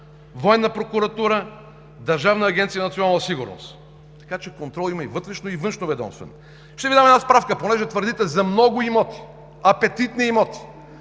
Военна прокуратура, Държавна агенция „Национална сигурност“. Така че контрол има и вътрешно-, и външноведомствен. Ще Ви дам една справка понеже твърдите за много имоти, апетитни имоти